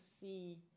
see